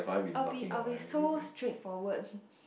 I'll be I'll be so straightforward